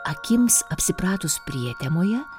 akims apsipratus prietemoje